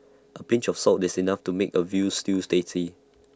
A pinch of salt is enough to make A Veal Stews tasty